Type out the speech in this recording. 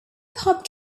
hop